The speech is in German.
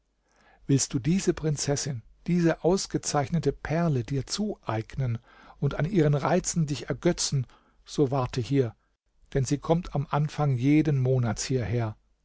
willst du diese prinzessin diese ausgezeichnete perle dir zueignen und an ihren reizen dich ergötzen so warte hier denn sie kommt am anfang jeden monats hierher